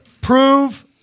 Prove